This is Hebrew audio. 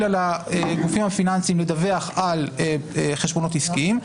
על הגופים הפיננסיים לדווח על חשבונות עסקיים,